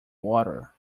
water